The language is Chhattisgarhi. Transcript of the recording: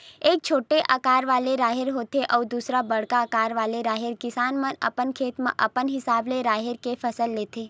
एक छोटे अकार वाले राहेर होथे अउ दूसर बड़का अकार वाले राहेर, किसान मन अपन खेत म अपन हिसाब ले राहेर के फसल लेथे